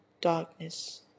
darkness